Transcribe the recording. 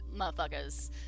motherfuckers